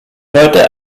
heute